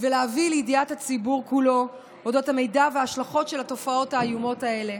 ולהביא לידיעת הציבור כולו את המידע וההשלכות של התופעות האיומות האלה.